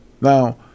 Now